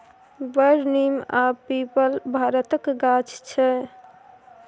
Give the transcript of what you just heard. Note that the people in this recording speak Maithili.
बर, नीम आ पीपर भारतक गाछ छै